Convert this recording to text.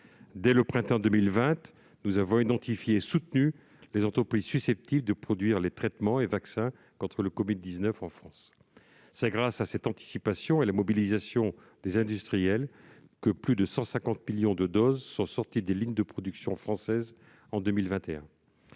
Dès le printemps 2020, nous avons identifié et soutenu les entreprises susceptibles de produire les traitements et vaccins en France. C'est grâce à cette anticipation et à la mobilisation des industriels que plus de 150 millions de doses sont sorties des lignes de production françaises en 2021.